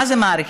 מה זה מעריכים?